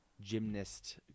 gymnast